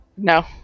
no